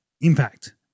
impact